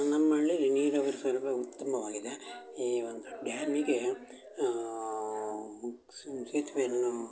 ನಮ್ಮ ಹಳ್ಳೀಲಿ ನೀರಾವರಿ ಸೌಲಭ್ಯ ಉತ್ತಮವಾಗಿದೆ ಈ ಒಂದು ಡ್ಯಾಮಿಗೆ ಮುಕ್ಸು ಸೇತುವೆಯನ್ನು